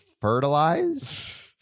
fertilize